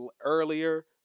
earlier